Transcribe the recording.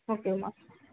okay mass